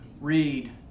read